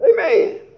Amen